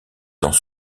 dans